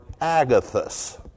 agathos